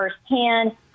firsthand